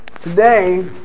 today